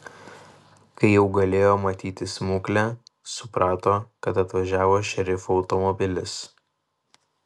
kai jau galėjo matyti smuklę suprato kad atvažiavo šerifo automobilis